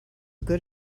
good